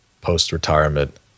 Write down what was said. post-retirement